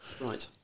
right